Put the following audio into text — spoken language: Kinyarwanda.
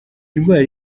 indwara